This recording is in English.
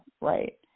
right